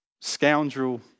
scoundrel